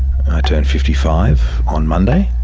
i turned fifty five on monday,